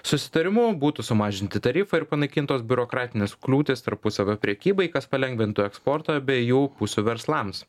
susitarimu būtų sumažinti tarifai ir panaikintos biurokratinės kliūtys tarpusavio prekybai kas palengvintų eksportą abiejų pusių verslams